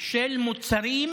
של מוצרים,